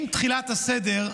"עם תחילת הסדר"